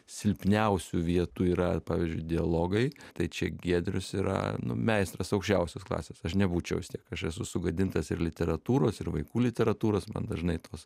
silpniausių vietų yra pavyzdžiui dialogai tai čia giedrius yra nu meistras aukščiausios klasės aš nebūčiau vis tiek aš esu sugadintas ir literatūros ir vaikų literatūros man dažnai tos